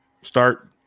start